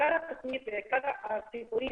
עיקר התוכנית ועיקר הסיפורים